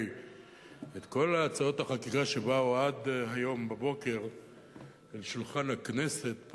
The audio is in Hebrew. את כל הצעות החקיקה שבאו עד היום בבוקר אל שולחן הכנסת,